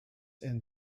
and